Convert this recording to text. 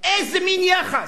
איזה מין יחס?